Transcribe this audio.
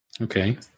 Okay